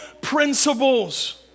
principles